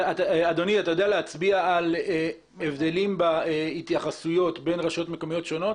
אתה יודע להצביע על הבדלים בהתייחסויות בין רשויות מקומיות שונות?